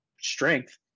strength